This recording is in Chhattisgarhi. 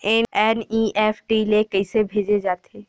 एन.ई.एफ.टी ले कइसे भेजे जाथे?